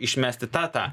išmesti tą tą